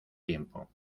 tiempo